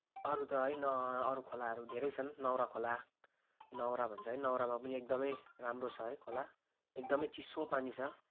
अरू त है न अरू खोलाहरू धेरै छन् नौरा खोला नौरा भन्छ है नौरामा पनि एकदमै राम्रो छ है खोला एकदमै चिसो पानी छ